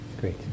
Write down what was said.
great